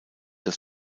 das